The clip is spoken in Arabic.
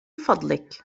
فضلك